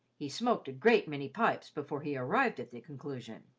he smoked a great many pipes before he arrived at the conclusion,